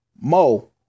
Mo